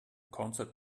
concert